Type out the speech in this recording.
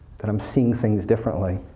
that i'm seeing things differently.